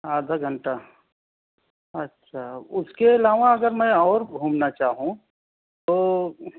آدھا گھنٹہ اچھا اُس کے علاوہ اگر میں اور گھومنا چاہوں تو